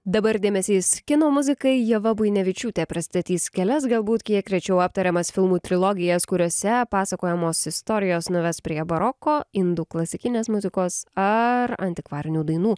dabar dėmesys kino muzikai ieva buinevičiūtė pristatys kelias galbūt kiek rečiau aptariamas filmų trilogijas kuriose pasakojamos istorijos nuves prie baroko indų klasikinės muzikos ar antikvarinių dainų